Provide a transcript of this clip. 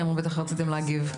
כן, בטח רציתם להגיב.